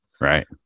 right